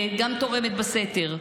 גם תורמת בסתר.